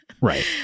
Right